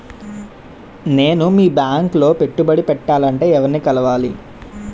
నేను మీ బ్యాంక్ లో పెట్టుబడి పెట్టాలంటే ఎవరిని కలవాలి?